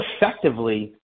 effectively